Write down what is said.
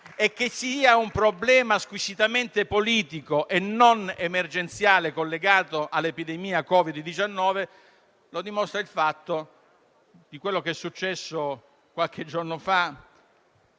Che sia un problema squisitamente politico e non emergenziale, collegato all'epidemia da Covid-19, lo dimostra quanto successo qualche giorno fa